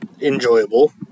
enjoyable